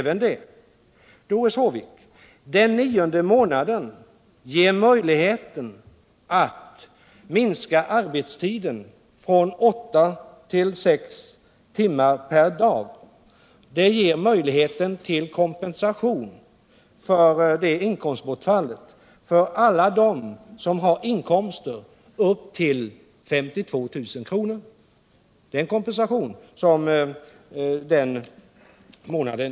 Den nionde månaden, Doris Håvik, ger möjlighet att minska arbetstiden från åtta till sex tummar per dag. Den ger möjlighet till kompensation för inkomstbortfallet för alla dem som har inkomster upp till 52000 kr. per år.